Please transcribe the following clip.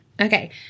Okay